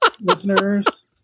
listeners